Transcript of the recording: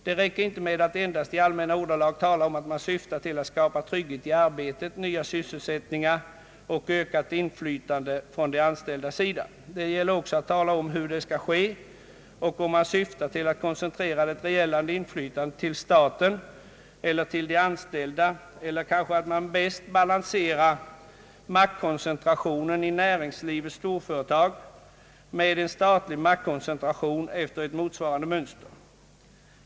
Det räcker inte med att endast i allmänna ordalag tala om att man syftar till att skapa trygghet i arbetet, nya sysselsättningar och ökat inflytande från de anställdas sida. Det gäller också att tala om hur det skall ske och om man syftar till att koncentrera det reella inflytandet till staten eller till de anställda eller kanske anser att man bäst balanserar maktkoncentrationen i näringslivets storföretag med en statlig maktkoncentration efter ett motsvarande mönster.